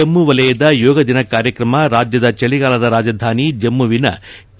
ಜಮ್ನು ವಲಯದ ಯೋಗ ದಿನ ಕಾರ್ಯಕ್ರಮ ರಾಜ್ಯದ ಚಳಿಗಾಲದ ರಾಜಧಾನಿ ಜಮ್ಮುವಿನ ಕೆ